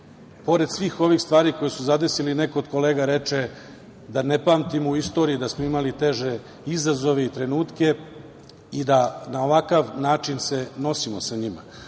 Pored svih ovih stvari koje su zadesile i neko od kolega reče da ne pamtimo u istoriji da smo imali teže izazove i trenutke i da na ovakav način se nosimo sa njima. Ono